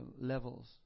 levels